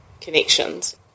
connections